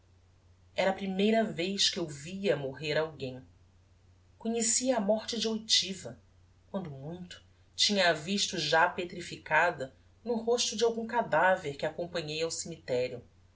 era a primeira vez que eu via morrer alguem conhecia a morte de outiva quando muito tinha-a visto já petrificada no rosto de algum cadaver que acompanhei ao cemiterio